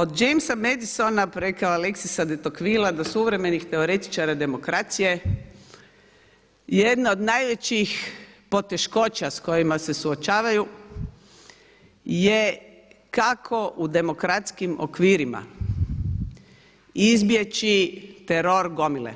Od James Madisona preko Alexis de Tocqueville do suvremenih teoretičara demokracije jedna od najvećih poteškoća s kojima se suočavaju je kako u demokratskim okvirima izbjeći teror gomile